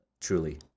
truly